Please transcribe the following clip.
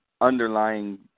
underlying